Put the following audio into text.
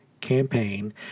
campaign